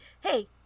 hey